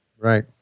Right